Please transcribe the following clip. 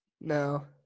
No